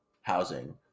housing